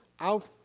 out